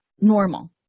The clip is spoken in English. normal